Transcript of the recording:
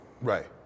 Right